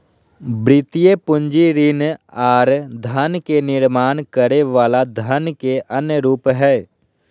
वित्तीय पूंजी ऋण आर धन के निर्माण करे वला धन के अन्य रूप हय